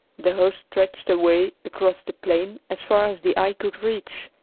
the host stretched away across the plain as far as the eye could reach,